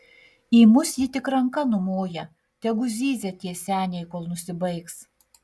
į mus ji tik ranka numoja tegu zyzia tie seniai kol nusibaigs